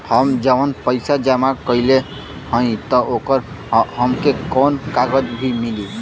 हम जवन पैसा जमा कइले हई त ओकर हमके कौनो कागज भी मिली?